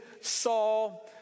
Saul